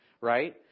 right